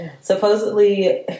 supposedly